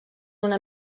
una